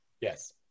Yes